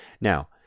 Now